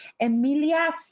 Emilia